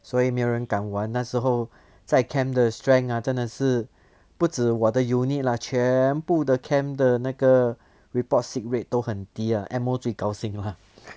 所以没有人敢玩那时候在 camp the strength ah 真的是不止我的 unit lah 全部的 camp 的那个 report sick rate 都很低 ah M_O 最高兴 lah